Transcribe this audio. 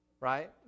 right